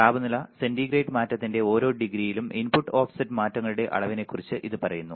താപനില സെന്റിഗ്രേഡ് മാറ്റത്തിന്റെ ഓരോ ഡിഗ്രിയിലും ഇൻപുട്ട് ഓഫ്സെറ്റ് മാറ്റങ്ങളുടെ അളവിനെക്കുറിച്ച് ഇത് പറയുന്നു